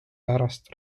pärast